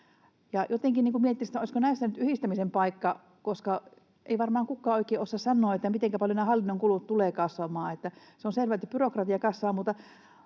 olisiko näissä nyt yhdistämisen paikka, koska ei varmaan kukaan oikein osaa sanoa, mitenkä paljon nämä hallinnon kulut tulevat kasvamaan. Se on selvää, että byrokratia kasvaa.